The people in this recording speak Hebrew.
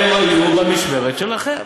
הן היו במשמרת שלכם.